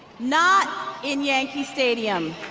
not in yankee stadium.